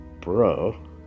bro